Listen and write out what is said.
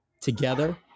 Together